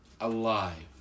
alive